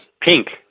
Pink